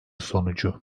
sonucu